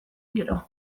gero